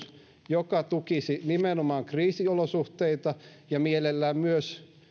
joka tukisi nimenomaan kriisiolosuhteita ja mielellään myös